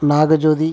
Nagajothi